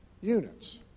units